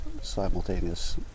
simultaneous